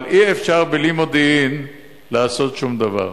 אבל אי-אפשר בלי מודיעין לעשות שום דבר.